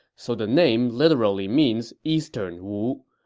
so the name literally means eastern wu.